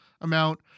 amount